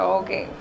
okay